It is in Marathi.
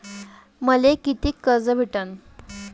मले कितीक कर्ज भेटन?